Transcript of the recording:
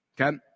Okay